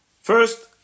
First